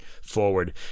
forward